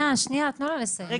רגע, שנייה, שנייה, תנו לה לסיים.